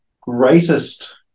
greatest